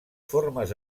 formes